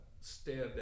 stand